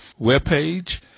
webpage